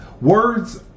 words